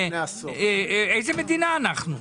איזו מדינה אנחנו?